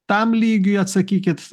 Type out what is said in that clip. tam lygiui atsakykit